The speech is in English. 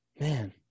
Man